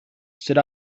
stood